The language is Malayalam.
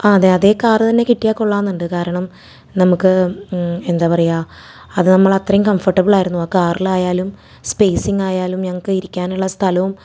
ആ അതെ അതേ കാറ് തന്നെ കിട്ടിയാൽ കൊള്ളാമെന്നുണ്ട് കാരണം നമുക്ക് എന്താ പറയാ അത് നമ്മളത്രേം കംഫട്ടബിളായിരുന്നു ആ കാർലായാലും സ്പേസിങ്ങായാലും ഞങ്ങൾക്ക് ഇരിക്കാനുള്ള സ്ഥലോം